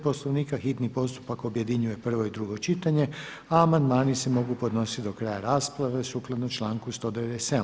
Poslovnika hitni postupak objedinjuje prvo i drugo čitanje, a amandmani se mogu podnositi do kraja rasprave sukladno članku 197.